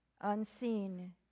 unseen